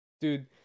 dude